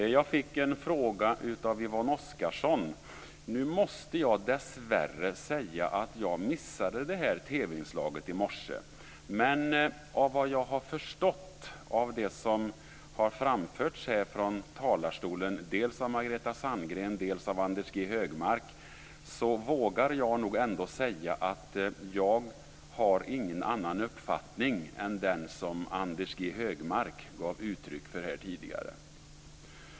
Jag fick en fråga av Yvonne Oscarsson. Nu måste jag dessvärre säga att jag missade TV-inslaget i morse. Men såvitt jag har förstått av det som har framförts här från talarstolen dels av Margareta Sandgren, dels av Anders G Högmark vågar jag ändå säga att jag inte har någon annan uppfattning än den som Anders G Högmark gav uttryck för tidigare.